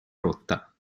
rotta